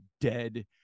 dead